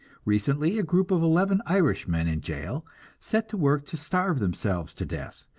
recently a group of eleven irishmen in jail set to work to starve themselves to death,